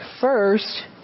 First